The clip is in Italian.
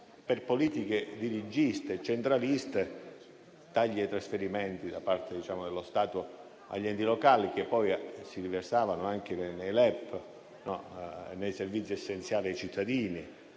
politiche dirigiste, centraliste, tagli e trasferimenti da parte dello Stato agli enti locali che poi si riversavano anche nei LEP, nei servizi essenziali ai cittadini,